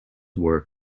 were